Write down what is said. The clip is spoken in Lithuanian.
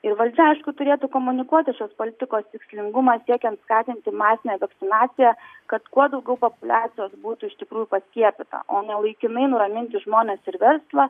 ir valdžiai aišku turėtų komunikuoti šios politikos tikslingumą siekiant skatinti masinę vakcinaciją kad kuo daugiau populiacijos būtų iš tikrųjų paskiepyta o ne laikinai nuraminti žmones ir verslą